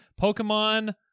Pokemon